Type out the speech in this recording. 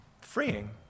freeing